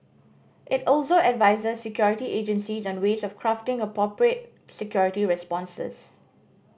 it also advises security agencies on ways of crafting appropriate security responses